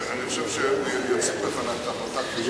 אני חושב שהוא יציג בפנייך את ההחלטה.